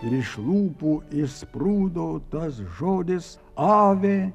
ir iš lūpų išsprūdo tas žodis avė